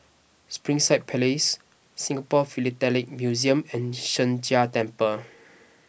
Springside Place Singapore Philatelic Museum and Sheng Jia Temple